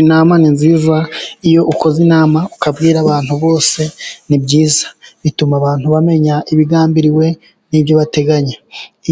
Inama ni nziza iyo ukoze inama ukabwira abantu bose, ni byiza bituma abantu bamenya ibigambiriwe n'ibyo bateganya,